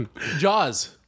Jaws